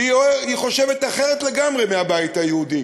שחושבת אחרת לגמרי מהבית היהודי,